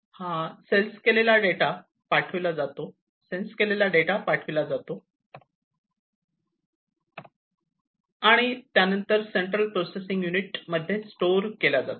हा सेल्स केलेल्या डेटा पाठविला जातो आणि त्यानंतर सेंट्रल प्रोसेसिंग युनिट मध्ये स्टोअर केला जातो